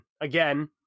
again